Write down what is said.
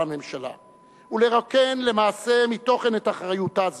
הממשלה ולרוקן למעשה מתוכן את אחריותה זו.